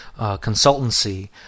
consultancy